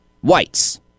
whites